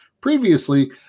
previously